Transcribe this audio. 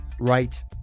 right